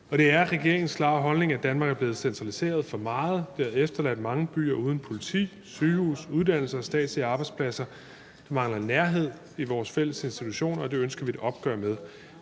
det er regeringens klare holdning, at Danmark er blevet centraliseret for meget. Det har efterladt mange byer uden politi, sygehus, uddannelser og statslige arbejdspladser. Vi mangler nærhed i vores fælles institutioner, og det ønsker vi et opgør med.